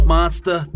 Monster